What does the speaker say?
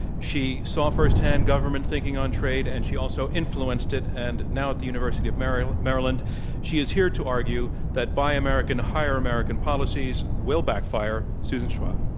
she saw firsthand government thinking on trade and she also influenced it, and now at the university of maryland, she is here to argue, that buy american, hire american policies will backfire, susan schwab.